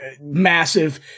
massive